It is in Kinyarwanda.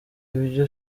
ibyo